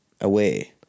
away